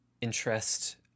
interest